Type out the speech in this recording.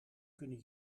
kunnen